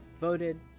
voted